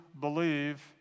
believe